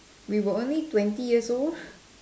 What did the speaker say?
we were only twenty years old